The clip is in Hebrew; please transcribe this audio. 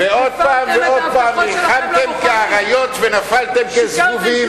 ועוד פעם ועוד פעם נלחמתם כאריות ונפלתם כזבובים,